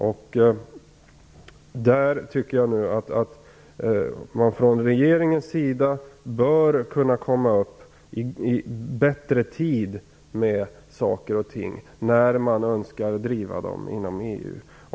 Jag tycker att man från regeringens sida bör kunna komma fram i bättre tid med saker och ting som man önskar driva inom EU.